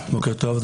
בוקר טוב.